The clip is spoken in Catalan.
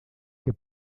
que